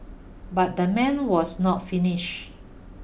but the man was not finished